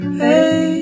hey